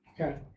Okay